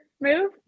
move